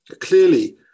clearly